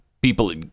people